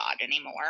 anymore